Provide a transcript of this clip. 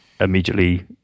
immediately